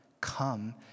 Come